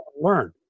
Learn